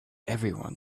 everyone